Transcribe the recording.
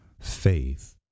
faith